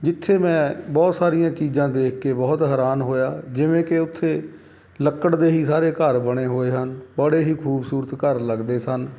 ਜਿੱਥੇ ਮੈਂ ਬਹੁਤ ਸਾਰੀਆਂ ਚੀਜ਼ਾਂ ਦੇਖ ਕੇ ਬਹੁਤ ਹੈਰਾਨ ਹੋਇਆ ਜਿਵੇਂ ਕਿ ਉੱਥੇ ਲੱਕੜ ਦੇ ਹੀ ਸਾਰੇ ਘਰ ਬਣੇ ਹੋਏ ਹਨ ਬੜੇ ਹੀ ਖੂਬਸੂਰਤ ਘਰ ਲੱਗਦੇ ਸਨ